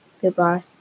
Goodbye